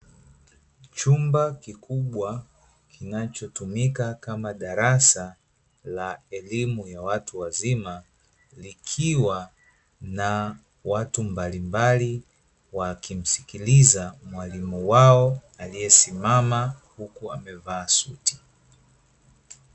Chumba kikubwa, kinachotumika kama darasa, la elimu ya watu wazima, likiwa na watu mbalimbali wakimsikiliza mwalimu wao, aliyesimama huku amevaa suti.